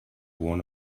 one